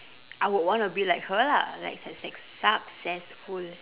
I would wanna be like her lah like success~ successful